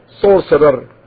sorcerer